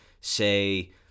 say